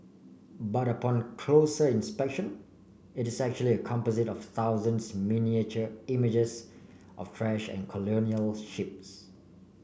but upon closer inspection it is actually a composite of thousands miniature images of trash and colonial ships